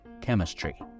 chemistry